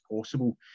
possible